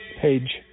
page